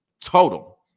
total